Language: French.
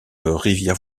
rivière